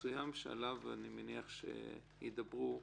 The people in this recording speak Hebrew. מסוים שאני מניח שעליו ידברו.